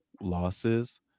losses